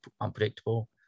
unpredictable